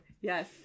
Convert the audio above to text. Yes